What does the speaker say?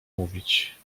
mówić